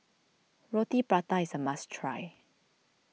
Roti Prata is a must try